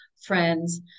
friends